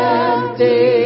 empty